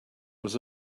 was